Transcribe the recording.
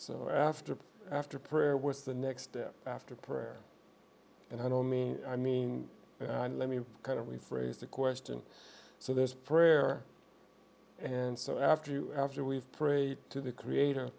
so after after prayer was the next step after prayer and i don't mean i mean let me kind of rephrase the question so there's prayer and so after you after we've prayed to the creator